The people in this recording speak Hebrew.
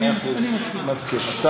אני מבקש להעביר את זה לוועדת החוץ והביטחון,